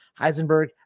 Heisenberg